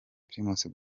primus